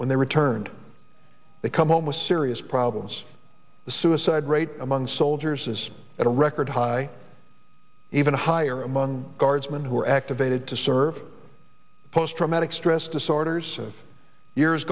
when they returned they come home with serious problems the suicide rate among soldiers is at a record high even higher among guardsmen who are activated to serve post traumatic stress disorders of years